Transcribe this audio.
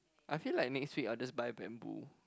I feel like next week I'll just buy bamboo